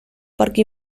parque